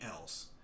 else